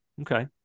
Okay